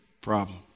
problem